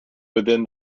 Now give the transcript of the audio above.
within